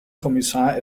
kommissar